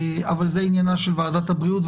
אבל זה עניינה של ועדת הבריאות,